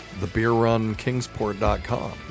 thebeerrunkingsport.com